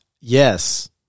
Yes